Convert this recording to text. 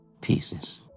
Pieces